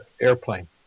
airplane